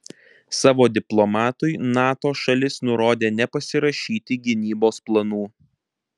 savo diplomatui nato šalis nurodė nepasirašyti gynybos planų